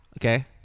okay